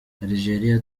algeria